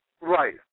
Right